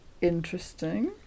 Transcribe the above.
Interesting